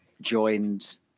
joined